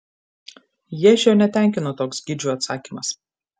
ježio netenkino toks gidžių atsakymas